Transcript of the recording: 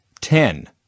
Ten